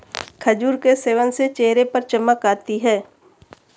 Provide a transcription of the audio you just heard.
खजूर के सेवन से चेहरे पर चमक आती है